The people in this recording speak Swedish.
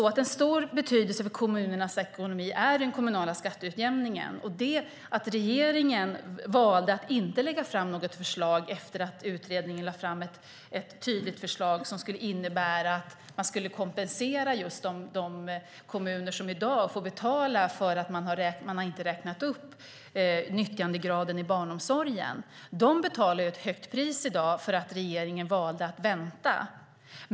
Av stor betydelse för kommunernas ekonomi är den kommunala skatteutjämningen. Regeringen valde att inte lägga fram något förslag efter att utredningen lagt fram ett tydligt förslag som skulle innebära att man kompenserade just de kommuner som i dag får betala för att man inte har räknat upp nyttjandegraden i barnomsorgen. De betalar i dag ett högt pris för att regeringen valde att vänta.